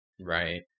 Right